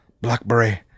blackberry